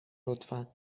لطفا